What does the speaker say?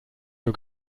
für